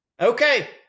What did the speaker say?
okay